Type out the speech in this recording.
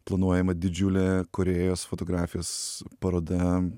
planuojama didžiulė korėjos fotografijos paroda